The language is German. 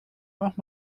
auch